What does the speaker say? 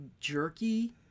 jerky